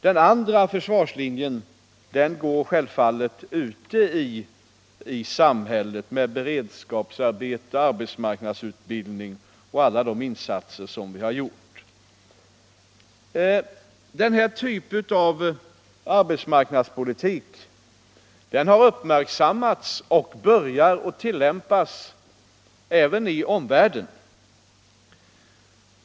Den andra försvarslinjen går självfallet ute i samhället, med beredskapsarbete, arbetsmarknadsutbildning och alla de insatser som vi där har gjort. Denna typ av arbetsmarknadspolitik har uppmärksammats och börjat tillämpas i omvärlden.